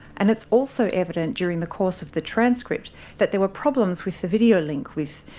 and it's also evident during the course of the transcript that there were problems with the video link with,